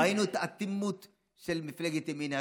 ראינו את האטימות של מפלגת ימינה.